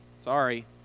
sorry